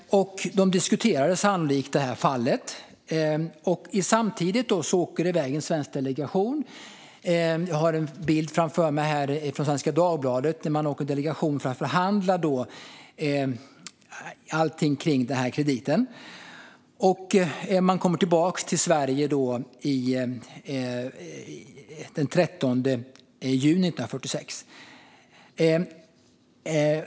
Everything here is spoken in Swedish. De diskuterade sannolikt det här fallet. Samtidigt åkte en svensk delegation iväg. Jag har en bild framför mig här från Svenska Dagbladet där delegationen åker för att förhandla om allt kring krediten. De kommer tillbaka till Sverige den 13 juni 1946.